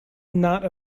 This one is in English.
not